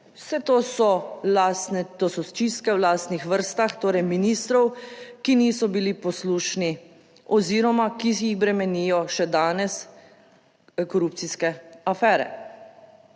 to so stiske v lastnih vrstah, torej ministrov, ki niso bili poslušni oziroma, ki jih bremenijo še danes korupcijske afere.